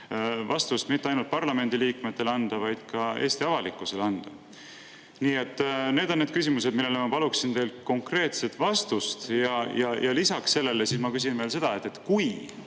ja mitte ainult parlamendiliikmetele, vaid ka Eesti avalikkusele. Nii et need on need küsimused, millele ma paluksin teilt konkreetset vastust. Ja lisaks sellele ma küsin veel seda, et kui